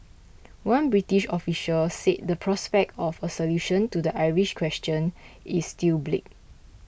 one British official said the prospect of a solution to the Irish question is still bleak